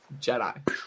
Jedi